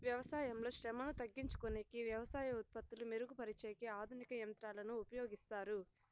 వ్యవసాయంలో శ్రమను తగ్గించుకొనేకి వ్యవసాయ ఉత్పత్తులు మెరుగు పరిచేకి ఆధునిక యంత్రాలను ఉపయోగిస్తారు